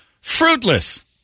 fruitless